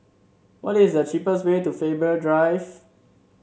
what is the cheapest way to Faber Drive